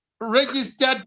registered